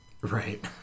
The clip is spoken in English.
Right